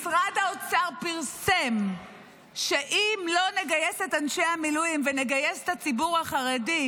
משרד האוצר פרסם שאם לא נגייס את אנשי המילואים ונגייס את הציבור החרדי,